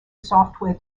software